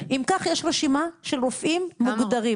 יש רשימה של רופאים מוגדרים.